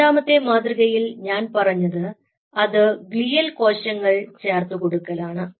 രണ്ടാമത്തെ മാതൃകയിൽ ഞാൻ പറഞ്ഞത് അത് ഗ്ലിയൽ കോശങ്ങൾ ചേർത്തു കൊടുക്കലാണ്